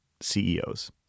CEOs